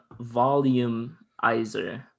volumeizer